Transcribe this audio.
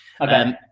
Okay